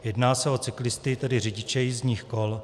Jedná se o cyklisty, tedy řidiče jízdních kol.